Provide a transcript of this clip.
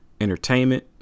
entertainment